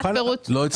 לא הצלחתי להבין.